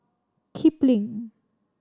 kipling